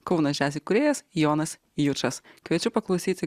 kaunas jazz įkūrėjas jonas jučas kviečiu paklausyti